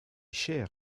cher